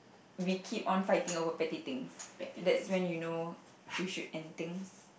we keep on fighting over petty things that's when you know you should end things